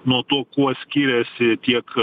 nuo to kuo skiriasi tiek